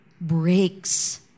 breaks